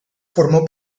formó